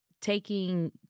taking